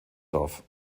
dorf